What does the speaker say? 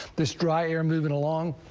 this dry hair moving along,